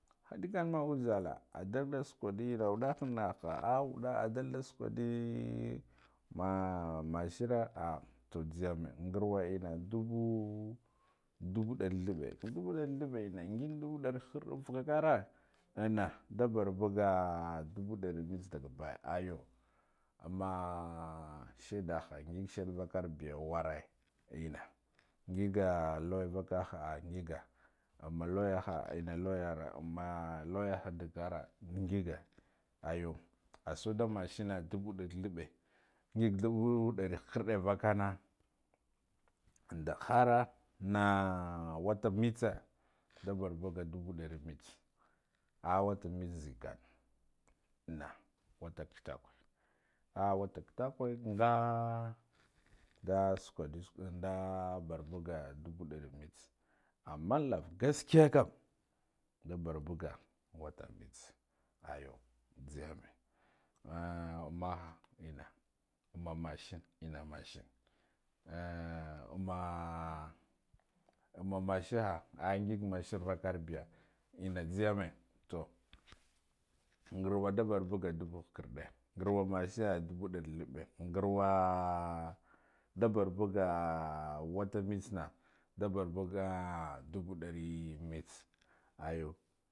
Hedikan na uzalla adalda sukwo wuddah an naha adalda sukwudi ma mashara ah, to zeyame ngoma ennan dubu duba dari thabbe, ngig dubu dari kha kardin nvakar anna nda barbuga dubu dari mitse daga baya ayo, amma shedaha ngiga sheddar vakar be worre enna ngiga lowya vakah angiga amma lowyaha enna lowyara, amma lowyaha daggara ngige ayu asuda mashene duba dari thabbe ngig duba dori khakardin nvakana anda hara anna wata mitse da barbaga duba dire mitse, a wata mitse zikan anna wata kitakwe ah wata kitakwe nga nda sukwundu sukwa nda barbaga dubu dari mitse lava gaskiya kam ndu barbaga wata mitse ayu nzeyame ah ammaha enna amma mashaen anna mashene amma amma mashehu ngig mashin vakar biya enna zeyame, toh ngarwa da barbuga duba khakarde ngarwa masheye dubu dari thabbe ngarwa da bar baga wata mitse nda barbaga duba dari mitse ayo.